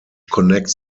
connects